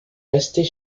restait